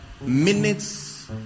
minutes